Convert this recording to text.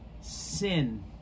sin